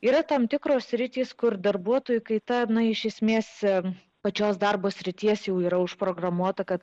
yra tam tikros sritys kur darbuotojų kaita iš esmės ir pačios darbo srities jau yra užprogramuota kad